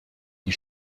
die